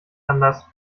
anders